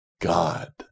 God